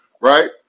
right